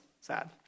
sad